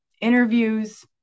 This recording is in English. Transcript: interviews